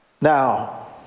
Now